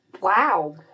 Wow